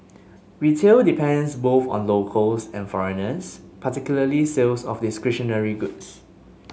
retail depends both on locals and foreigners particularly sales of discretionary goods